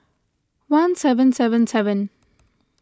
one seven seven seven